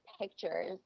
pictures